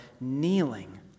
kneeling